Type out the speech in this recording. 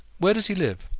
where does he live?